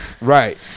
Right